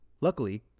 Luckily